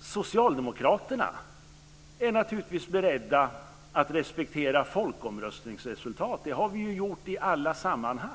Socialdemokraterna är naturligtvis beredda att respektera folkomröstningsresultat. Det har vi ju gjort i alla sammanhang.